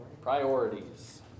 priorities